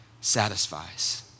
satisfies